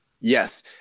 Yes